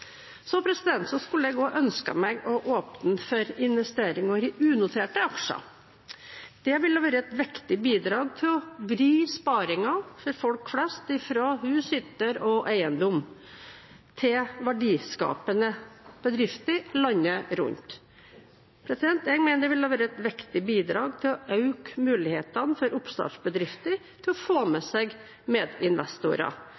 Jeg skulle ønsket at vi åpnet for investeringer i unoterte aksjer. Det ville vært et viktig bidrag til å vri sparingen for folk flest fra hus, hytter og eiendom til verdiskapende bedrifter landet rundt. Jeg mener det ville vært et viktig bidrag til å øke mulighetene for oppstartsbedrifter til å få